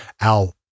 Al